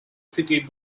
city